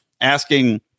asking